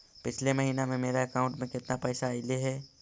पिछले महिना में मेरा अकाउंट में केतना पैसा अइलेय हे?